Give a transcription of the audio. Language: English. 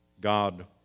God